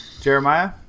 Jeremiah